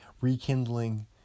Rekindling